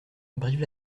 brive